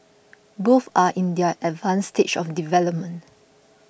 both are in their advanced stage of development